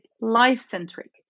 life-centric